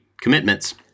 commitments